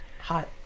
hot